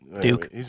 Duke